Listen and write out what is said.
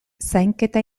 zainketa